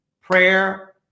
Prayer